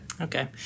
okay